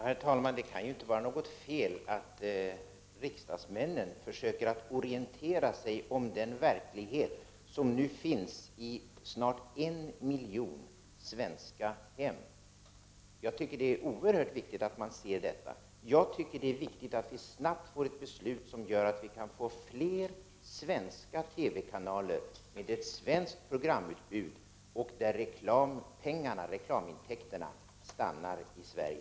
Herr talman! Det kan ju inte vara något fel att riksdagsmännen försöker orientera sig om den verklighet som nu finns i snart en miljon svenska hem. Jag tycker att det är oerhört viktigt att de ser på denna kanal. Jag tycker också att det är viktigt att vi snabbt får ett beslut som gör att vi får fler svenska TV-kanaler med ett svenskt programutbud, där reklamintäkterna stannar i Sverige.